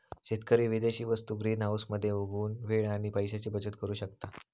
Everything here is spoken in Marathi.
शेतकरी विदेशी वस्तु ग्रीनहाऊस मध्ये उगवुन वेळ आणि पैशाची बचत करु शकता